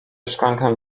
szklankę